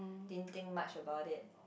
didn't think much about it